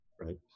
right